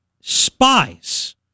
spies